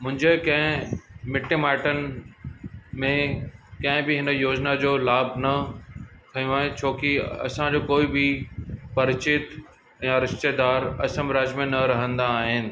मुंहिंजे कंहिं मिट माइटनि में कंहिं बि हिन योजना जो लाभु न खयों आहे छो कि असांजो कोई बि परिचित या रिश्तेदार असम राज्य में न रहंदा आहिनि